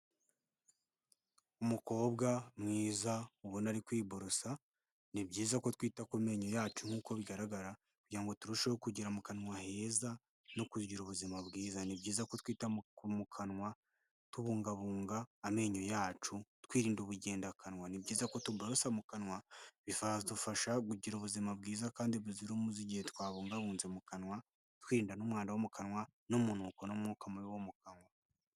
Umukobwa mwiza ubona ari kwiborosa, ni byiza ko twita ku menyo yacu, nk'uko bigaragara kugira ngo turusheho kugira mu kanwa heza no kugira ubuzima bwiza, ni byiza ko twita mu kanwa tubungabunga amenyo yacu, twirinda ubugendakanwa, ni byiza ko tuborosa mu kanwa, bikadufasha kugira ubuzima bwiza kandi buzira umuze, igihe twabungabunze mu kanwa twirinda n'umwanda wo mu kanwa, n'umunuko n'umwuka mubi wo mu kanwa.